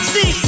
See